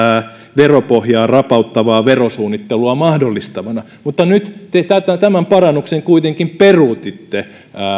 veropohjaa rapauttavaa verosuunnittelua mahdollistavana mutta nyt te tämän parannuksen kuitenkin peruutitte